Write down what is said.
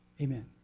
Amen